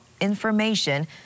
information